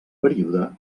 període